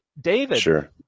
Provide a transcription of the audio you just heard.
David